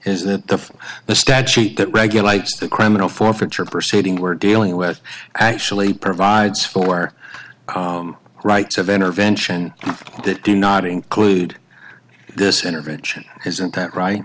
is that the the stat sheet that regulates the criminal forfeiture proceeding we're dealing with actually provides for the rights of intervention that do not include this intervention isn't that right